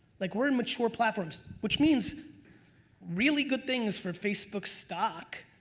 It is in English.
like we're in mature platforms. which means really good things for facebook stock.